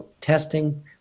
testing